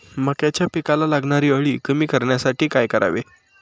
मक्याच्या पिकाला लागणारी अळी कमी करण्यासाठी काय करावे?